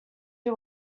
who